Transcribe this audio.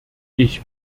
ich